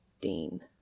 Dean